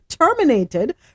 terminated